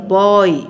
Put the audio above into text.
boy